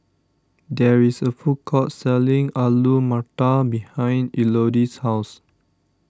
there is a food court selling Alu Matar behind Elodie's house